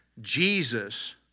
Jesus